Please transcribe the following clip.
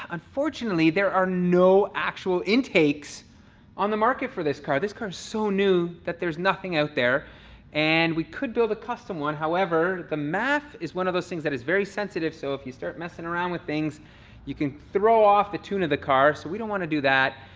unfortunately there are no actual intakes on the market for this car. this car is so new that there's nothing out there and we could build a custom one. however, the math is one of those things that is very sensitive. so, if you start messing around with things you can throw off the tune of the car. so we don't wanna do that.